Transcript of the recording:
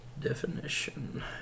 definition